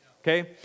okay